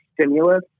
stimulus